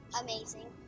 Amazing